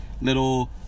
little